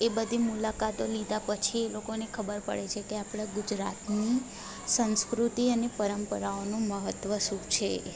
એ બધી મુલાકાતો લીધા પછી એ લોકોને ખબર પડે છે કે આપણે ગુજરાતની સંસ્કૃતિ અને પરંપરાઓનું મહત્ત્વ શું છે